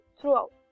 throughout